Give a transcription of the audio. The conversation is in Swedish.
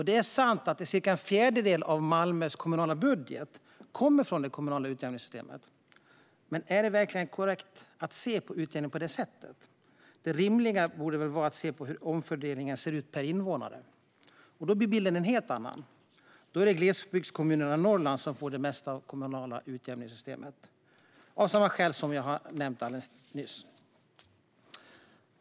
Det är sant att cirka en fjärdedel av Malmös kommunala budget kommer från det kommunala utjämningssystemet. Men är det verkligen ett korrekt sätt att se på utjämningen så här? Det rimliga borde väl vara att se på hur omfördelningen ser ut per invånare? Då blir bilden en helt annan. Då är det glesbygdskommuner i Norrland som får mest i det kommunala utjämningssystemet av samma skäl som jag nyss nämnde.